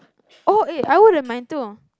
oh eh I would have mind too